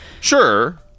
Sure